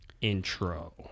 intro